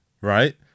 right